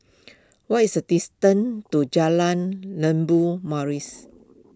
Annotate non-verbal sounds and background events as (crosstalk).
what is a distance to Jalan (unintelligible) Maris